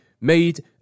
made